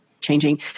changing